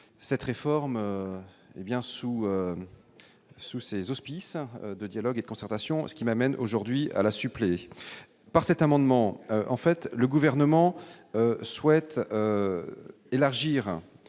cette réforme hé bien sous sous ses auspices de dialogue et concertation ce qui m'amène aujourd'hui à la suppléé par cet amendement, en fait, le gouvernement souhaite élargir